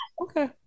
Okay